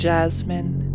Jasmine